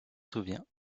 souvient